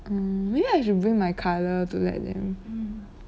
hmm maybe I should bring my colour to let them